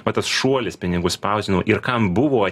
va tas šuolis pinigų spausdinimo ir kam buvo